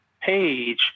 page